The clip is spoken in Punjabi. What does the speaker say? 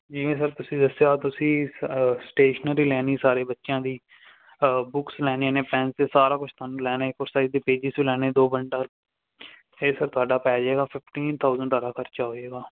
ਜਿਵੇਂ ਸਰ ਤੁਸੀਂ ਦੱਸਿਆ ਤੁਸੀਂ ਸ ਸਟੇਸ਼ਨਰੀ ਲੈਣੀ ਸਾਰੇ ਬੱਚਿਆਂ ਦੀ ਬੁੱਕਸ ਲੈਣੀਆਂ ਨੇ ਪੈੱਨ ਅਤੇ ਸਾਰਾ ਕੁਛ ਤੁਹਾਨੂੰ ਲੈਣਾ ਕੁਛ ਸਾਈਜ ਦੇ ਪੇਜਸ ਵੀ ਲੈਣੇ ਦੋ ਬੰਡਲ ਇਹ ਸਰ ਤੁਹਾਡਾ ਪੈ ਜਾਵੇਗਾ ਫਿਫਟੀਨ ਥਾਊਸੇਂਡ ਤੁਹਾਡਾ ਖਰਚਾ ਹੋਏਗਾ